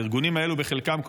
הארגונים האלה בחלקם,